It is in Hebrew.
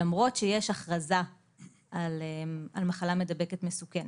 למרות שיש הכרזה על מחלה מידבקת מסוכנת.